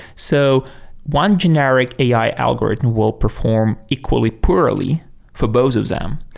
so one generic ai algorithm will perform equally poorly for both of them.